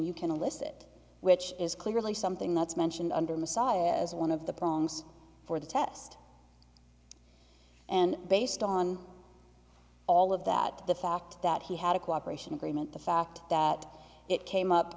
you can elicit which is clearly something that's mentioned under the saw as one of the prongs for the test and based on all of that the fact that he had a cooperation agreement the fact that it